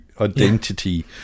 Identity